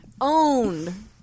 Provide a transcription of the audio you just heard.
Owned